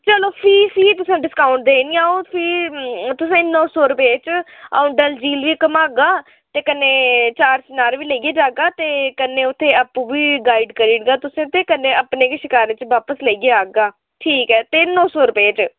चलो फ्ही फ्ही तुसें ई डिस्काउंट देई ओड़निआं अ'ऊं फ्ही तुसें ई नौ सौ रपेऽ च अ'ऊं डल झील बी घमागा ते कन्नै चार चिनार बी लेइयै जाह्गा ते कन्नै उत्थै आपूं बी गाइड करी ओड़गा तुसें ई ते कन्नै अपने गै शकारे च बापस लेइयै आह्गा ठीक ऐ ते नौ सौ रपेऽ च